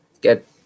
get